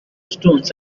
stones